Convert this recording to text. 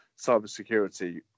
cybersecurity